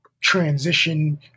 transition